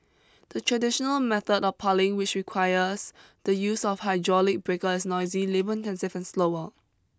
the traditional method of piling which requires the use of hydraulic breaker is noisy labour intensive and slower